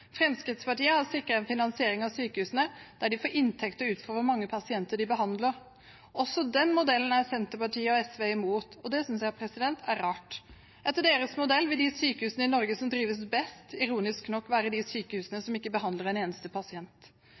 Fremskrittspartiet har sikret en finansiering av sykehusene der de får inntekter ut fra hvor mange pasienter de behandler. Også den modellen er Senterpartiet og SV imot, og det synes jeg er rart. Etter deres modell vil de sykehusene i Norge som drives best, ironisk nok være de sykehusene som ikke behandler en eneste pasient.